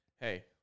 Hey